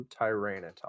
Tyranitar